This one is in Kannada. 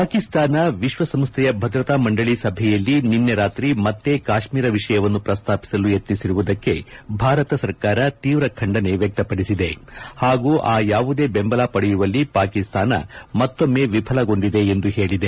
ಪಾಕಿಸ್ತಾನ ವಿಶ್ವಸಂಸ್ದೆಯ ಭದ್ರತಾ ಮಂದಳಿ ಸಭೆಯಲ್ಲಿ ನಿನ್ನೆ ರಾತ್ರಿ ಮತ್ತೆ ಕಾಶ್ಮೀರ ವಿಷಯವನ್ನು ಪ್ರಸ್ತಾಪಿಸಲು ಯತ್ನಿಸಿರುವುದಕ್ಕೆ ಭಾರತ ಸರ್ಕಾರ ತೀವ್ರ ಖಂಡನೆ ವ್ಯಕ್ತಪಡಿಸಿದೆ ಹಾಗೂ ಆ ಯಾವುದೇ ಬೆಂಬಲ ಪಡೆಯುವಲ್ಲಿ ಪಾಕಿಸ್ತಾನ ಮತ್ತೊಮ್ಮೆ ವಿಫಲಗೊಂಡಿದೆ ಎಂದು ಹೇಳಿದೆ